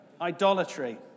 idolatry